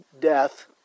death